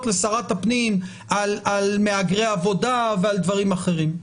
לשרת הפנים על מהגרי עבודה ועל דברים אחרים.